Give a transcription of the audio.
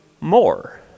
more